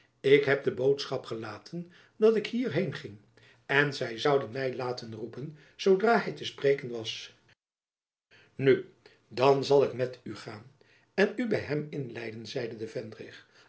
ik heb de boodschap gelaten dat ik hier heen ging en zy zouden my laten roepen zoodra hy te spreken was nu dan zal ik met u gaan en u by hem inleiden zeide